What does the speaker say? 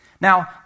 Now